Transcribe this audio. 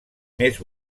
més